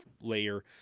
layer